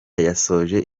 yasoje